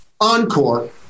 encore